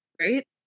right